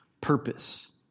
purpose